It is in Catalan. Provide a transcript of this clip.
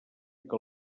que